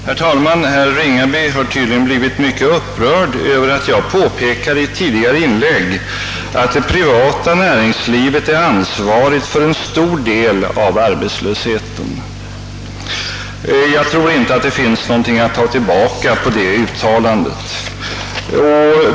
Herr talman! Herr Ringaby har tydligen blivit mycket upprörd över att jag i ett tidigare inlägg påpekade att det privata näringslivet är ansvarigt för en stor del av arbetslösheten. Jag anser inte att det finns någonting att ta tillbaka i detta uttalande.